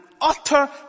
utter